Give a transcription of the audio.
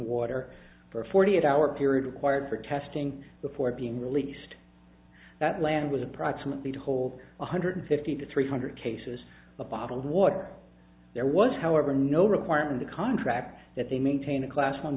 water for forty eight hour period required for testing before being released that land was approximately to hold one hundred fifty to three hundred cases of bottled water there was however no requirement to contract that they maintain a class one